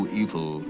evil